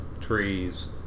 trees